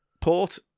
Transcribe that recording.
port